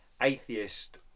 atheist